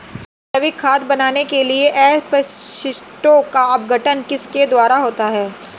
जैविक खाद बनाने के लिए अपशिष्टों का अपघटन किसके द्वारा होता है?